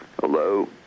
Hello